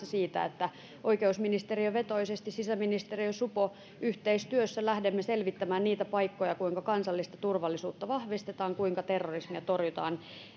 siitä että oikeusministeriövetoisesti sisäministeriö ja supo yhteistyössä lähtevät selvittämään niitä paikkoja kuinka kansallista turvallisuutta vahvistetaan kuinka terrorismia torjutaan